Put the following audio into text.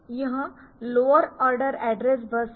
यह lower order address bus है